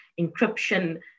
encryption